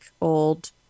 old